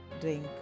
drink